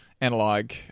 analog